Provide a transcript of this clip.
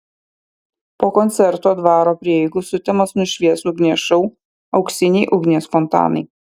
po koncerto dvaro prieigų sutemas nušvies ugnies šou auksiniai ugnies fontanai